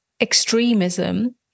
extremism